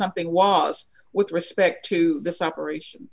something was with respect to the separation